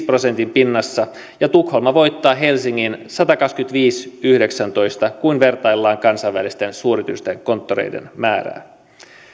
prosentin pinnassa ja tukholma voittaa helsingin satakaksikymmentäviisi viiva yhdeksäntoista kun vertaillaan kansainvälisten suuryritysten konttoreiden määrää